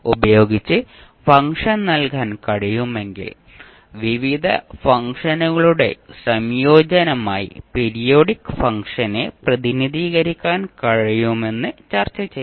ഉപയോഗിച്ച് ഫംഗ്ഷൻ നൽകാൻ കഴിയുമെങ്കിൽ വിവിധ ഫംഗ്ഷനുകളുടെ സംയോജനമായി പീരിയോഡിക് ഫംഗ്ഷനെ പ്രതിനിധീകരിക്കാൻ കഴിയുമെന്ന് ചർച്ച ചെയ്തു